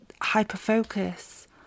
hyper-focus